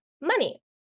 money